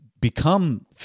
become